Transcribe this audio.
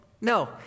No